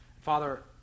Father